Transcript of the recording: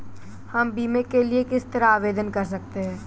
हम बीमे के लिए किस तरह आवेदन कर सकते हैं?